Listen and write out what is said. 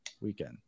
weekend